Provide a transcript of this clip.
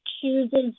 chooses